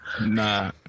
Nah